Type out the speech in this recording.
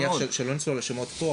אני מניח שלא נצלול לשמות פה,